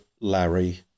Larry